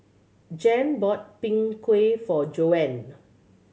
Jan bought Png Kueh for Joan